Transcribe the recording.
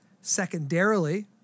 Secondarily